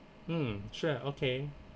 mm sure okay